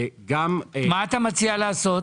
מה אתה מציע לעשות?